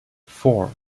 four